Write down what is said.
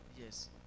Yes